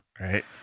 Right